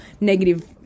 negative